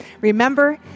Remember